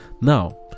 now